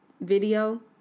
video